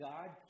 God